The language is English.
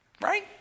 right